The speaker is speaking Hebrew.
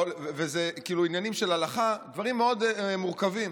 וזה עניינים של הלכה, דברים מאוד מורכבים.